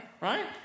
Right